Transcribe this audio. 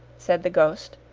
said the ghost.